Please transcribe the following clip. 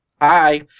Hi